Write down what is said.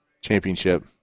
Championship